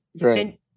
right